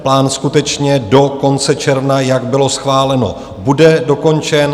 Plán skutečně do konce června, jak bylo schváleno, bude dokončen.